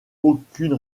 aucune